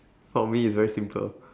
for me it's very simple